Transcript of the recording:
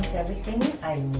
everything i